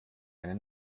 eine